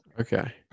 Okay